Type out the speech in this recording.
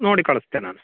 ನೋಡಿ ಕಳಿಸ್ತೆ ನಾನು